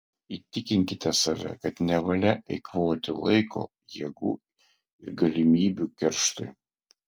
įtikinkite save kad nevalia eikvoti laiko jėgų ir galimybių kerštui